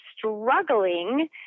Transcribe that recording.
struggling